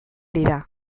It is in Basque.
dira